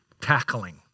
tackling